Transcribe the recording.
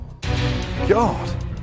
God